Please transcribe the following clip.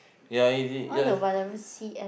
ya is it yeah